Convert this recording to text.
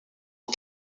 aux